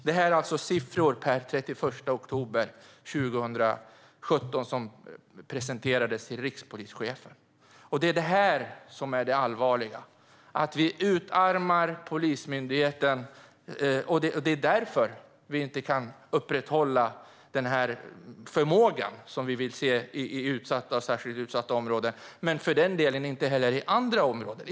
Det är siffror per den 31 oktober 2017 som presenterades för rikspolischefen. Det allvarliga är att vi utarmar Polismyndigheten. Det är därför vi inte kan upprätthålla den förmåga vi vill se i särskilt utsatta områden och för den delen i andra områden.